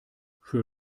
für